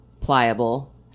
pliable